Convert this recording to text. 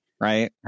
right